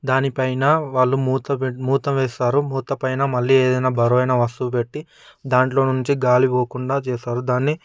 దానిపైన వాళ్లు మూత పె మూత వేస్తారు మూతపైన మళ్ళీ ఏదైనా బరువైన వస్తువు పెట్టి దాంట్లో నుంచి గాలి పోకుండా చేస్తారు దానిని